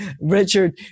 Richard